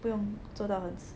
不用做到很迟